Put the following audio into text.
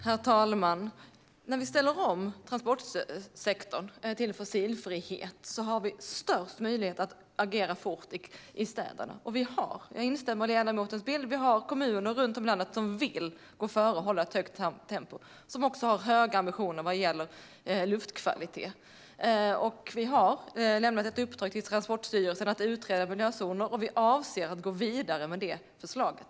Herr talman! När vi ställer om transportsektorn till fossilfrihet har vi störst möjlighet att agera fort i städer. Jag instämmer i ledamotens bild av att vi har kommuner runt om i landet som vill gå före och hålla ett högt tempo och som också har höga ambitioner vad gäller luftkvalitet. Vi har lämnat ett uppdrag till Transportstyrelsen att utreda miljözoner, och vi avser att gå vidare med det förslaget.